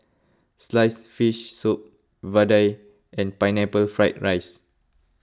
Sliced Fish Soup Vadai and Pineapple Fried Rice